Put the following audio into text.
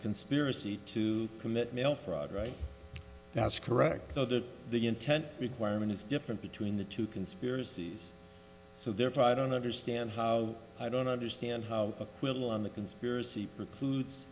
conspiracy to commit mail fraud right that's correct so that the intent requirement is different between the two conspiracies so therefore i don't understand how i don't understand how acquittal on the conspiracy precludes